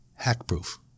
hack-proof